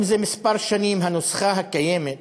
זה כמה שנים הנוסחה הקיימת,